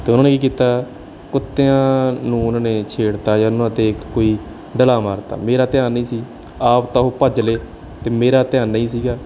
ਅਤੇ ਉਨ੍ਹਾਂ ਨੇ ਕੀ ਕੀਤਾ ਕੁੱਤਿਆਂ ਨੂੰ ਉਨ੍ਹਾਂ ਨੇ ਛੇੜ ਤਾ ਜਾਂ ਉਨ੍ਹਾਂ 'ਤੇ ਕੋਈ ਡਲਾ ਮਾਰ ਤਾ ਮੇਰਾ ਧਿਆਨ ਨਹੀਂ ਸੀ ਆਪ ਤਾਂ ਉਹ ਭੱਜ ਲਏ ਅਤੇ ਮੇਰਾ ਧਿਆਨ ਨਹੀਂ ਸੀਗਾ